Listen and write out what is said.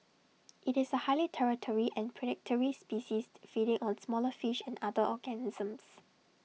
IT is A highly territorial and predatory species feeding on smaller fish and other organisms